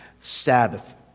Sabbath